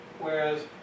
Whereas